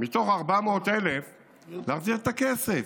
מתוך 400,000 להחזיר את הכסף.